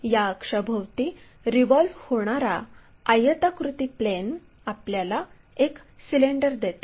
या अक्षाभोवती रिव्हॉल्व होणारा आयताकृती प्लेन आपल्याला एक सिलेंडर देते